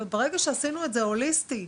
אבל ברגע שעשינו את זה הוליסטי,